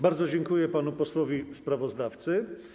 Bardzo dziękuję panu posłowi sprawozdawcy.